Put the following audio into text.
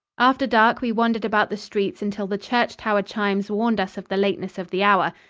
after dark we wandered about the streets until the church-tower chimes warned us of the lateness of the hour.